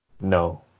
No